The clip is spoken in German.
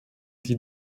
die